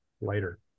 later